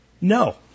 no